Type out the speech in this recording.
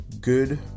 Good